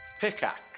Pickaxe